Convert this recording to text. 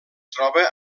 troba